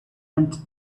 and